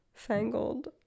fangled